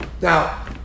Now